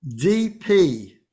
DP